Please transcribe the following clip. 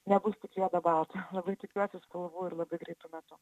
nebus tik juoda balta labai tikiuosi spalvų ir labai greitu metu